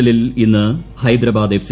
എല്ലിൽ ഇന്ന് ഹൈദരാബാദ് എഫ്